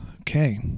Okay